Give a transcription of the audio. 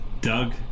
Doug